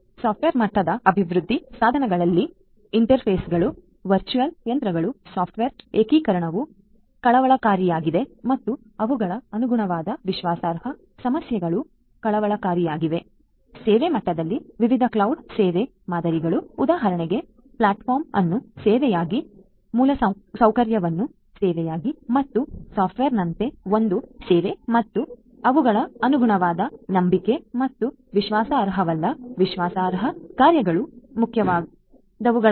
software ಮಟ್ಟದ ಅಭಿವೃದ್ಧಿ ಸಾಧನಗಳಲ್ಲಿ ಇಂಟರ್ಫೇಸ್ಗಳು ವರ್ಚುವಲ್ ಯಂತ್ರಗಳು ಸಾಫ್ಟ್ವೇರ್ ಏಕೀಕರಣವು ಕಳವಳಕಾರಿಯಾಗಿದೆ ಮತ್ತು ಅವುಗಳ ಅನುಗುಣವಾದ ವಿಶ್ವಾಸಾರ್ಹ ಸಮಸ್ಯೆಗಳು ಕಳವಳಕಾರಿಯಾಗಿವೆ ಮತ್ತು ಸೇವಾ ಮಟ್ಟದಲ್ಲಿ ವಿವಿಧ ಕ್ಲೌಡ್ ಸೇವಾ ಮಾದರಿಗಳು ಉದಾಹರಣೆಗೆ ಪ್ಲಾಟ್ಫಾರ್ಮ್ ಅನ್ನು ಸೇವೆಯಾಗಿ ಮೂಲಸೌಕರ್ಯವನ್ನು ಸೇವೆಯಾಗಿ ಮತ್ತು ಸಾಫ್ಟ್ವೇರ್ನಂತೆ ಒಂದು ಸೇವೆ ಮತ್ತು ಅವುಗಳ ಅನುಗುಣವಾದ ನಂಬಿಕೆ ಮತ್ತು ವಿಶ್ವಾಸಾರ್ಹವಲ್ಲ ವಿಶ್ವಾಸಾರ್ಹ ಕಾರ್ಯಗಳು ಮುಖ್ಯವಾದವುಗಳಾಗಿವೆ